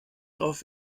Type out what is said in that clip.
drauf